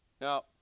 Now